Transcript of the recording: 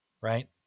right